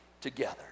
together